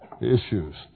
issues